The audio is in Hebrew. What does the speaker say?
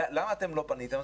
למה אתם לא פניתם?